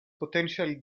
potentially